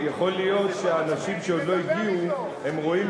יכול להיות שאנשים שעוד לא הגיעו רואים